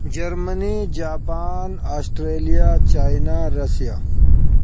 Germany Japan Australia China Russia